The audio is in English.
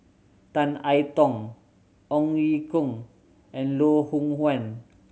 Tan I Tong Ong Ye Kung and Loh Hoong Kwan